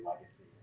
legacy